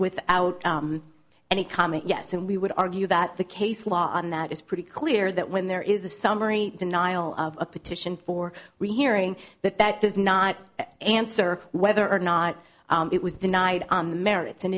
without any comment yes and we would argue that the case law on that is pretty clear that when there is a summary denial of a petition for rehearing that that does not answer whether or not it was denied on the merits and